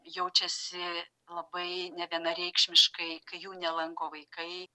jaučiasi labai nevienareikšmiškai kai jų nelanko vaikai